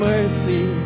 Mercy